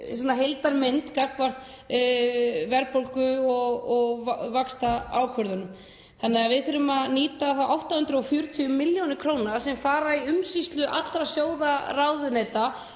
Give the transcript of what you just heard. heildarmynd gagnvart verðbólgu og vaxtaákvörðunum. Við þurfum að nýta þá 840 millj. kr., sem fara í umsýslu allra sjóða ráðuneyta,